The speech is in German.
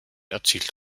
erzielt